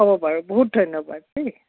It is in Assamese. হ'ব বাৰু বহুত ধন্যবাদ দেই